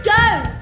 go